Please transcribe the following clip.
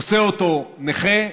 עושה אותו נכה,